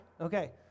Okay